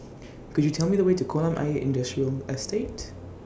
Could YOU Tell Me The Way to Kolam Ayer Industrial Estate